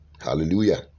Hallelujah